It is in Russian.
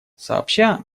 сообща